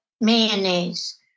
mayonnaise